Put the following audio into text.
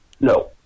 No